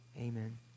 Amen